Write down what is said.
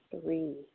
three